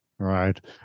Right